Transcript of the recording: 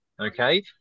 Okay